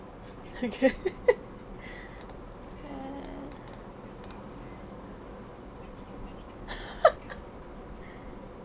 okay